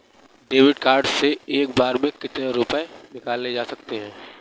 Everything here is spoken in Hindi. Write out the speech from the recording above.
डेविड कार्ड से एक बार में कितनी रूपए निकाले जा सकता है?